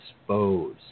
expose